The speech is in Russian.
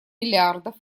миллиардов